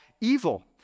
evil